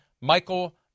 Michael